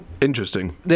Interesting